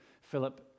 Philip